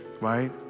right